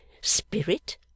spirit